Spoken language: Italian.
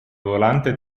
volante